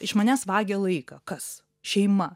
iš manęs vagia laiką kas šeima